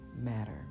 matter